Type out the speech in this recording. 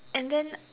and then